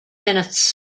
minutes